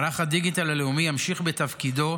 מערך הדיגיטל הלאומי ימשיך בתפקידו